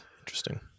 Interesting